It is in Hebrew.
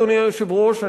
אדוני היושב-ראש,